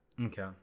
okay